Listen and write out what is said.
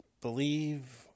believe